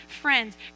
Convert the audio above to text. friends